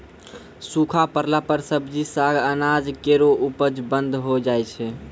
सूखा परला पर सब्जी, साग, अनाज केरो उपज बंद होय जाय छै